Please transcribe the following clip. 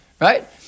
Right